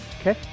Okay